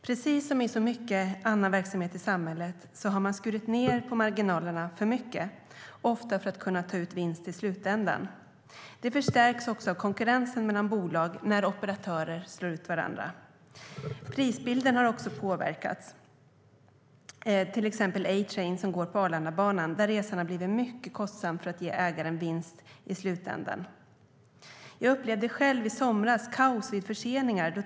Precis som i så mycket annan verksamhet i samhället har man skurit ned på marginalerna för mycket, ofta för att kunna ta ut vinst i slutänden. Det förstärks också av konkurrensen mellan bolag när operatörer slår ut varandra. Jag upplevde själv i somras kaos vid förseningar.